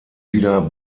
wieder